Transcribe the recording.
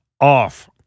off –